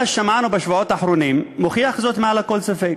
מה ששמענו בשבועות האחרונים מוכיח זאת מעל לכל ספק.